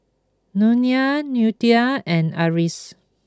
Nolia Ludie and Arlis